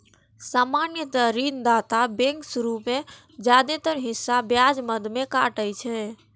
सामान्यतः ऋणदाता बैंक शुरू मे जादेतर हिस्सा ब्याज मद मे काटै छै